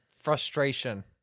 frustration